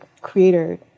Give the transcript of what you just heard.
creator